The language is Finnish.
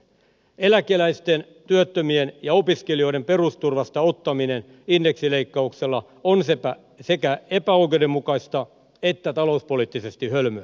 eläkeläisten työttömien ja opiskelijoiden perusturvasta ottaminen indeksileikkauksella on sekä epäoikeudenmukaista että talouspoliittisesti hölmöä